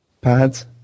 Pads